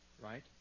right